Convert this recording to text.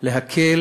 להקל